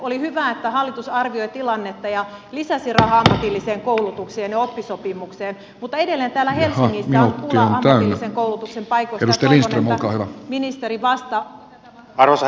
oli hyvä että hallitus arvioi tilannetta ja lisäsi rahaa ammatilliseen koulutukseen ja oppisopimukseen mutta edelleen täällä helsingissä on pula ammatillisen koulutuksen paikoista ja toivon että ministeri vastaa